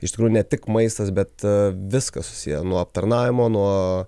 iš tikrųjų ne tik maistas bet viskas susiję nuo aptarnavimo nuo